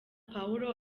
pawulo